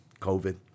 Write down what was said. COVID